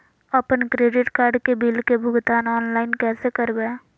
अपन credit card के bill के भुगतान ऑनलाइन कैसे करबैय?